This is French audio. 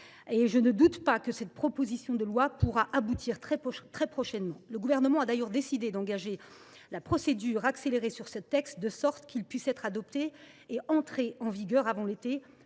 et je ne doute pas que cette proposition de loi pourra aboutir très prochainement. Le Gouvernement a d’ailleurs décidé d’engager la procédure accélérée sur ce texte, afin que celui ci puisse être adopté et entrer en vigueur avant l’été.